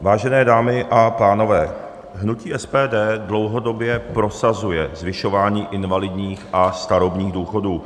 Vážené dámy a pánové, hnutí SPD dlouhodobě prosazuje zvyšování invalidních a starobních důchodů.